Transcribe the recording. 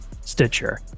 Stitcher